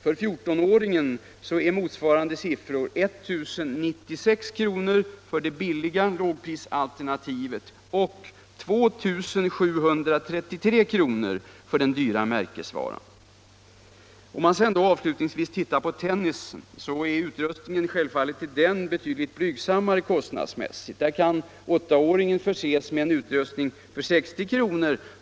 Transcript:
För fjortonåringen är motsvarande siffror 1 096 kr. för lågprisalternativet och 2733 kr. för den dyra märkesvaran. Om man avslutningsvis ser på tennisen finner man att utrustningen självfallet är betydligt blygsammare kostnadsmässigt. Där kan åttaåringen förses med en utrustning för 60 kr.